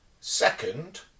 second